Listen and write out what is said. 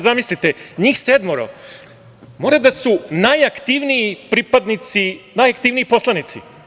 Zamislite, njih sedmoro mora da su najaktivniji pripadnici, najaktivniji poslanici.